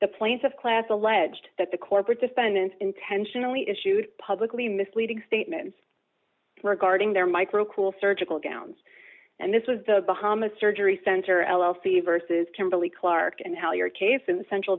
the planes of class alleged that the corporate defendant intentionally issued publicly misleading statements regarding their micro cool surgical gowns and this was the bahama surgery center l l c versus kimberly clark and how your case in the central